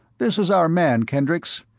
this is our man, kendricks.